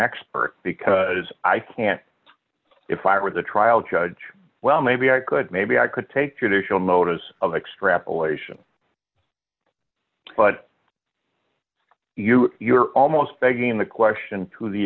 expert because i can't if i were the trial judge well maybe i could maybe i could take judicial notice of extrapolation but you you are almost begging the question to the